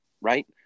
right